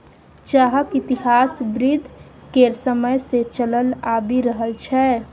चाहक इतिहास बुद्ध केर समय सँ चलल आबि रहल छै